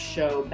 Show